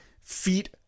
feet